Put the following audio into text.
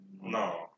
No